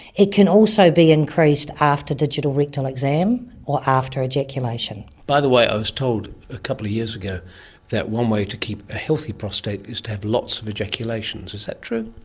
it can also be increased after digital rectal exam or after ejaculation. by the way, i was told a couple of years ago that one way to keep a healthy prostate is to have lots of ejaculations. is that true?